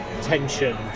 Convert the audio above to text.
tension